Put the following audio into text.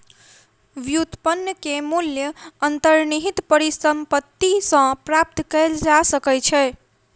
व्युत्पन्न के मूल्य अंतर्निहित परिसंपत्ति सॅ प्राप्त कय जा सकै छै